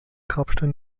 grabstein